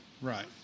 Right